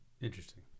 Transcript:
Interesting